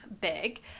Big